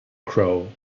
crow